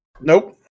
Nope